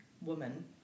woman